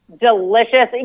delicious